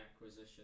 acquisition